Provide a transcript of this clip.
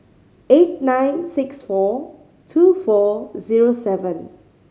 eight nine six four two four zero seven